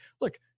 look